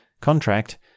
contract